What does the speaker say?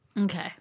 Okay